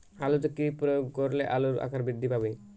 আলুতে কি প্রয়োগ করলে আলুর আকার বৃদ্ধি পাবে?